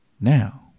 Now